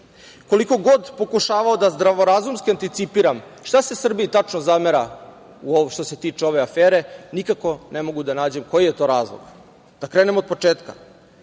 Koliko god pokušavao da zdravorazumski anticipiram šta se Srbiji tačno zamera što se tiče ove afere, nikako ne mogu da nađem koji je to razlog. Da krenem od početka.